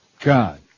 God